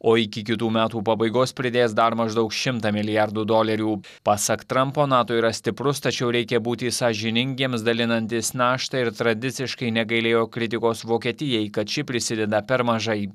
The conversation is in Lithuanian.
o iki kitų metų pabaigos pridės dar maždaug šimtą milijardų dolerių pasak trampo nato yra stiprus tačiau reikia būti sąžiningiems dalinantis naštą ir tradiciškai negailėjo kritikos vokietijai kad ši prisideda per mažai